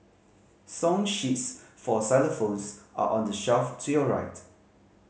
song sheets for xylophones are on the shelf to your right